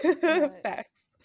Facts